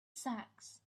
sacks